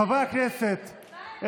חברי הכנסת,